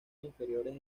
inferiores